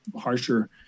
harsher